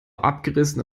abgerissen